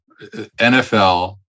NFL